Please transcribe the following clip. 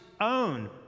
own